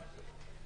בבקשה.